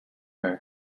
her